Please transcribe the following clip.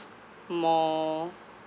more